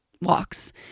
walks